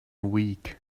week